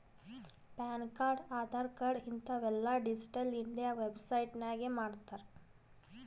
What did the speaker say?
PAN card, Aadhaar card ಹಿಂತಾವ್ ಎಲ್ಲಾ digital India website ನಾಗೆ ಮಾಡ್ತಾರ್